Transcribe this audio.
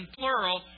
plural